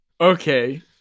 Okay